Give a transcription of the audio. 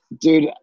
Dude